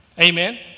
Amen